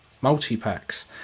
multi-packs